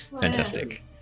Fantastic